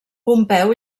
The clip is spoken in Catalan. pompeu